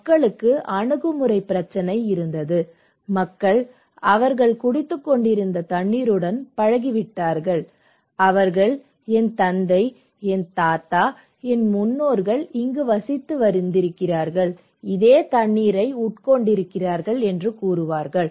மக்களுக்கு அணுகுமுறை பிரச்சினை இருந்தது மக்கள் அவர்கள் குடித்துக்கொண்டிருந்த தண்ணீருடன் பழகிவிட்டார்கள் அவர்கள் என் தந்தை என் தாத்தா என் முன்னோர்கள் இங்கு வசித்து வருகிறார்கள் அதே தண்ணீரை உட்கொண்டிருக்கிறார்கள் என்று சொல்வார்கள்